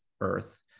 earth